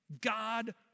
God